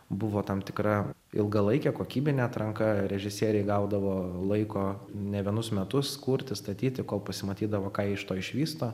buvo tam tikra ilgalaikė kokybinė atranka režisieriai gaudavo laiko ne vienus metus kurti statyti kol pasimatydavo ką jie iš to išvysto